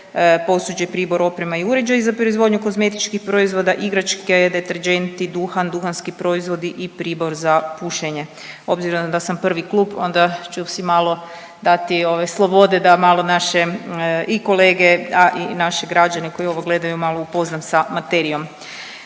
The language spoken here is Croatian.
posuđe, pribor, oprema i uređaji za proizvodnju kozmetičkih proizvoda, igračke, deterdženti, duhan, duhanski proizvodi i pribor za pušenje. Obzirom da sam prvi klub onda ću si malo dati ove slobode da malo naše i kolege, a i naše građane koji ovo gledaju malo upoznam sa materijom.